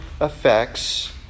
effects